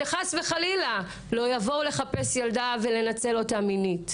שחס וחלילה לא יבואו לחפש ילדה ולנצל אותה מינית.